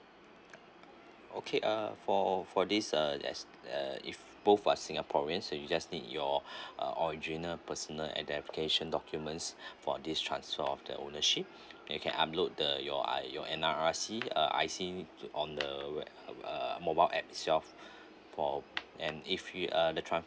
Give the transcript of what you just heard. okay uh for for this uh as uh if both are singaporeans so you just need your uh original personal identification documents for this transfer of the ownership you can upload the your I your N_R_I_C uh I_C on the uh mobile app itself for and if you are the